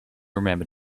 remember